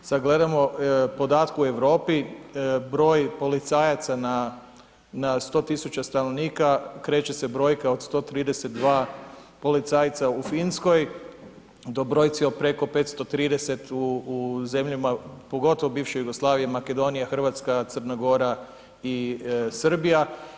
Sada gledamo podatke u Europi, broj policajaca na 100 tisuća stanovnika kreće se brojka od 132 policajca u Finskoj do brojci od preko 530 u zemljama, pogotovo bivše Jugoslavije, Makedonija, Hrvatska, Crna Gora i Srbija.